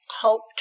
hoped